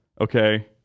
Okay